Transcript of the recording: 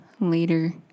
Later